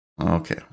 Okay